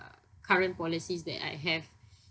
uh current policies that I have